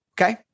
Okay